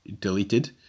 deleted